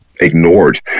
ignored